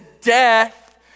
death